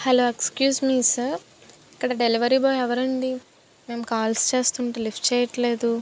hello excuse me sir ఇక్కడ delivery boy ఎవరండీ మేము కాల్స్ చేస్తుంటే లిఫ్ట్ చేయట్లేదు